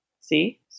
See